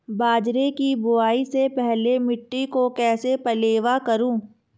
बाजरे की बुआई से पहले मिट्टी को कैसे पलेवा करूं?